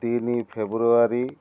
ତିନି ଫେବୃଆରୀ